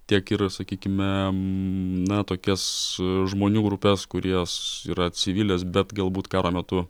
tiek ir sakykime na tokias žmonių grupes kurios yra civilės bet galbūt karo metu